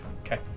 Okay